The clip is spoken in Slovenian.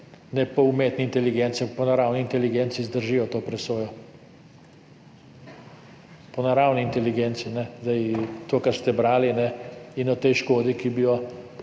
ne po umetni inteligenci, ampak po naravni inteligenci zdržijo to presojo. Po naravni inteligenci to, kar ste brali, in o tej škodi, ki bi jo